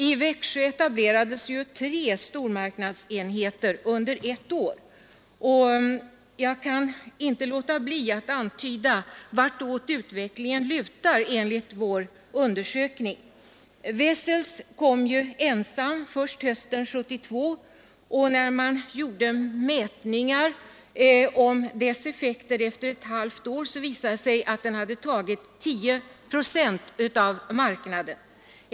I Växjö etablerades ju tre stormarknadsenheter under ett år, och jag kan inte låta bli att antyda vartåt utvecklingen lutar enligt vår undersökning. Wessels stormarknad kom först ensam hösten 1972, och när man gjorde mätningar av dess effekter efter ett halvår, visade det sig att den hade tagit 10 procent av livsmedelsmarknaden.